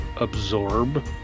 absorb